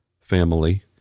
family